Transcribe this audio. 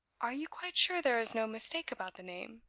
are you quite sure there is no mistake about the name?